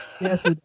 Yes